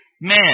Man